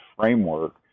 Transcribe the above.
framework